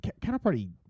Counterparty